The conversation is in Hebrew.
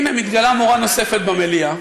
הנה, מתגלה מורה נוספת במליאה,